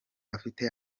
afite